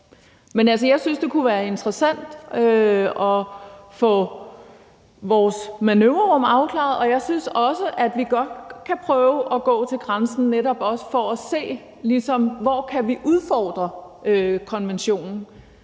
Men jeg synes, det kunne være interessant at få vores manøvrerum afklaret, og jeg synes også, at vi godt kunne prøve at gå til grænsen for netop også at se, hvor vi kan udfordre konventionen.